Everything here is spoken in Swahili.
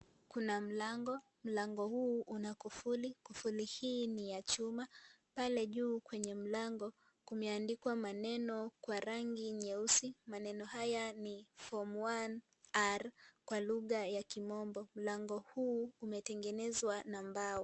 Kuna mlango, mlango huu una kufuli, kufuli hii ni ya chuma, pale juu kwenye mlango kumeandikwa maneno kwa rangi nyeusi, maneno haya ni form 1R kwa lugha ya kimombo, mlango huu umetengenezwa na mbao.